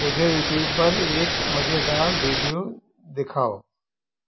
मुझे यूट्यूब पर एक मज़ेदार बीडियो दिखाओ